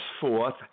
forth